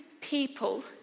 people